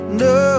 no